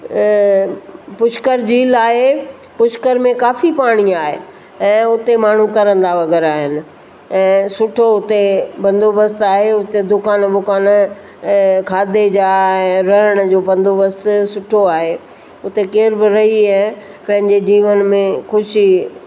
पुष्कर झील आहे पुष्कर में काफ़ी पाणी आहे ऐं उते माण्हू करंदा वग़ैरह आहिनि ऐं सुठो हुते बंदोबस्तु आहे उते दुकान वुकान खाधे जा ऐं रहण जो बंदोबस्तु सुठो आहे उते केर बि रही ऐं पंहिंजे जीवन में ख़ुशी